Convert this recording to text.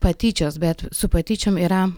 patyčios bet su patyčiom yra